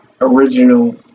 original